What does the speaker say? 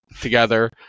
together